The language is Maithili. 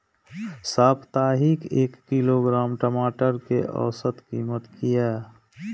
साप्ताहिक एक किलोग्राम टमाटर कै औसत कीमत किए?